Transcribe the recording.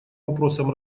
вопросам